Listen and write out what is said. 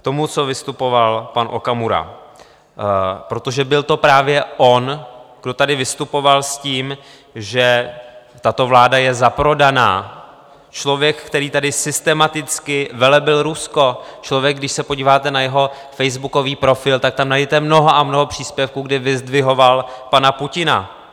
K tomu, co vystupoval pan Okamura, protože byl to právě on, co tady vystupoval s tím, že tato vláda je zaprodaná člověk, který tady systematicky velebil Rusko, člověk, když se podíváte na jeho facebookový profil, tak tam najdete mnoho a mnoho příspěvků, kdy vyzdvihoval pana Putina.